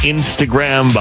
Instagram